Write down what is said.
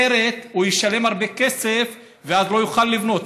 אחרת, הוא ישלם הרבה כסף ואז לא יוכל לבנות.